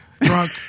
Drunk